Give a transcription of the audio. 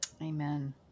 Amen